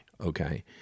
Okay